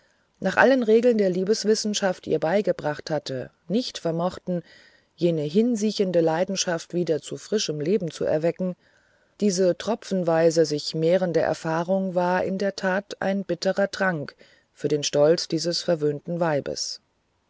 nach allen regeln der liebeswissenschaft ihr beigebracht hatte nicht vermochten jene hinsiechende leidenschaft wieder zu frischem leben zu wecken diese tropfenweise sich mehrende erfahrung war in der tat ein bitterer trank für den stolz dieses verwöhnten weibes